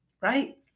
Right